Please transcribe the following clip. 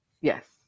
Yes